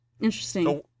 Interesting